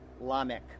Lamech